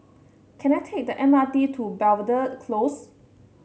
can I take the M R T to Belvedere Close